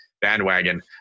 Bandwagon